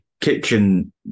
kitchen